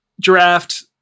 draft